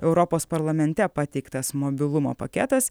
europos parlamente pateiktas mobilumo paketas